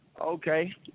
Okay